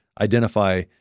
identify